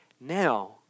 now